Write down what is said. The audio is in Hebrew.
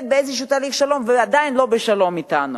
באיזה תהליך שלום ועדיין לא בשלום אתנו.